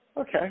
Okay